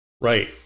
Right